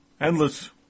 endless